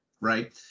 right